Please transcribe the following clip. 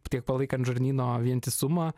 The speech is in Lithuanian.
tiek palaikant žarnyno vientisumą